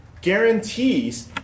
guarantees